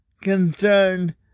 concerned